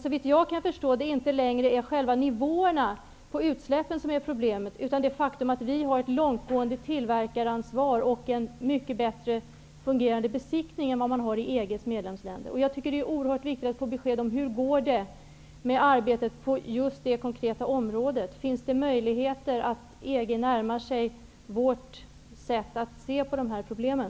Såvitt jag förstår är det inte längre själva nivåerna på utsläppen som är problemet utan det faktum att vi har ett långtgående tillverkaransvar och en besiktning som fungerar mycket bättre än den man har i EG:s medlemsländer. Det är oerhört viktigt att få besked om hur det går med arbetet på just det här konkreta området. Finns det några möjligheter att EG närmar sig vårt sätt att se på de här problemen?